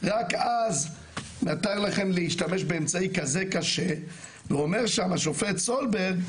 רק אז ניתן לכם להשתמש באמצעי כזה קשה ואומר שם השופט סולברג,